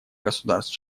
государств